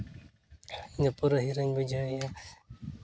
ᱤᱧ ᱫᱚ ᱯᱩᱨᱟᱹ ᱦᱤᱨᱳᱧ ᱵᱩᱡᱷᱟᱹᱣ ᱮᱜᱼᱟ